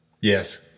Yes